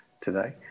today